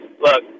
look